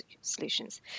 solutions